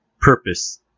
purpose